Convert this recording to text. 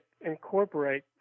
incorporate